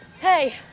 Hey